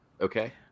Okay